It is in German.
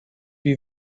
wie